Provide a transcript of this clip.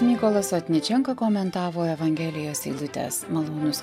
mykolas sotničenka komentavo evangelijos eilutes malonūs